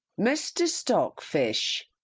mr stockfish.